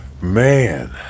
Man